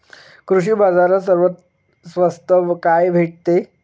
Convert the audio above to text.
कृषी बाजारात सर्वात स्वस्त काय भेटते?